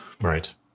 Right